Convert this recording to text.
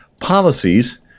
policies